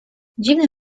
dziwne